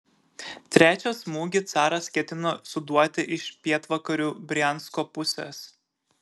trečią smūgį caras ketino suduoti iš pietvakarių briansko pusės